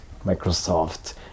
Microsoft